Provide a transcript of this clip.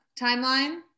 timeline